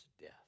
death